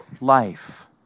life